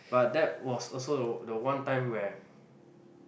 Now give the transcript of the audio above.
but that was also the the one time where